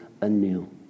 anew